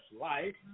life